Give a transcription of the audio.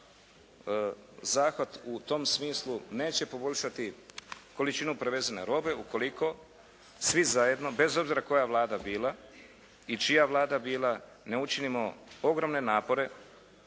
zahvat u tom smislu neće poboljšati količinu prevezene robe ukoliko svi zajedno, bez obzira koja Vlada bila i čija Vlada bila ne učinimo ogromne napore